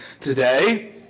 today